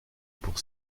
pour